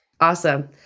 Awesome